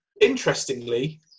Interestingly